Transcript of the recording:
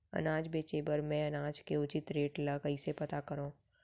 अनाज बेचे बर मैं अनाज के उचित रेट ल कइसे पता करो?